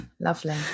lovely